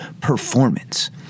performance